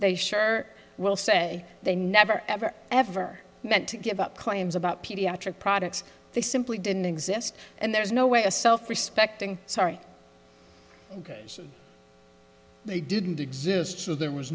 they sure will say they never ever ever meant to give up claims about pediatric products they simply didn't exist and there's no way a self respecting sorry they didn't exist so there was